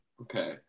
okay